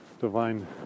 divine